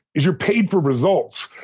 you're paid for results.